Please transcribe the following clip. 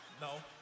No